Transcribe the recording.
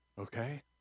Okay